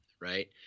right